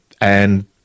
And-